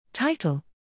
Title